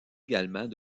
également